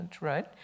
right